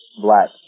black